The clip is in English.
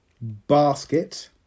basket